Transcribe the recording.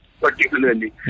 Particularly